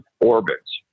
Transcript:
orbits